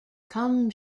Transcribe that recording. come